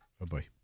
Bye-bye